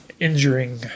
injuring